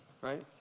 Right